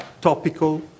topical